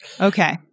Okay